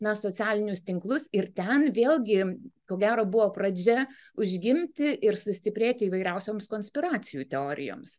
na socialinius tinklus ir ten vėlgi ko gero buvo pradžia užgimti ir sustiprėti įvairiausioms konspiracijos teorijoms